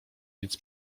nic